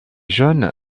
jaunes